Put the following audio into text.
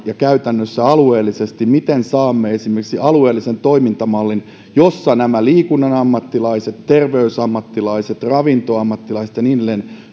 ja käytännössä alueellisesti miten saamme esimerkiksi alueellisen toimintamallin jossa liikunnan ammattilaiset terveysammattilaiset ravintoammattilaiset ja niin edelleen